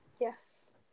Yes